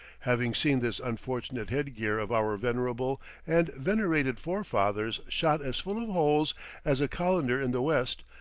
having seen this unfortunate headgear of our venerable and venerated forefathers shot as full of holes as a colander in the west,